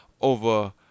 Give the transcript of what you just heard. over